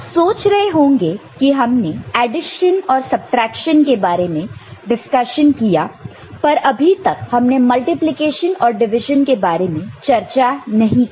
आप सोच रहे होंगे कि हमने एडिशन और सबट्रैक्शन के बारे में डिस्कशन किया पर अभी तक हमने मल्टीप्लिकेशन और डिविजन के बारे में चर्चा नहीं किया